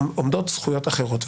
עומדות זכויות אחרות.